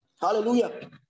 Hallelujah